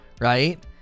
right